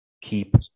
Keep